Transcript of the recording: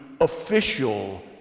official